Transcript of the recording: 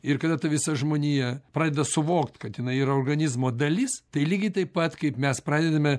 ir kada ta visa žmonija pradeda suvokti kad jinai yra organizmo dalis tai lygiai taip pat kaip mes pradedame